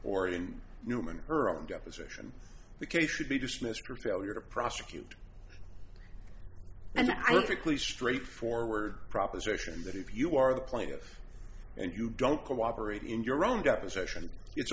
in newman her own deposition the case should be dismissed her failure to prosecute and i frankly straightforward proposition that if you are the plaintiff and you don't cooperate in your own deposition it